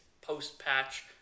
post-patch